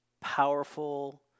powerful